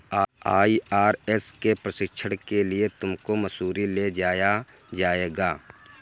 IRS के प्रशिक्षण के लिए तुमको मसूरी ले जाया जाएगा